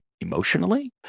Emotionally